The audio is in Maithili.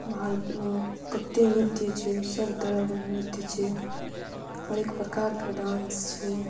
भारतमे कतेक नृत्य छै सब तरहके नृत्य छै हरेक प्रकारके डांस छै